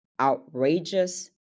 outrageous